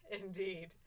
Indeed